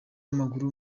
w’amaguru